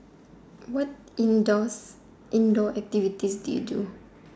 what indoors indoor activities do you do